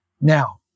Now